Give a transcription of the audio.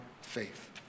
faith